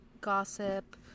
Gossip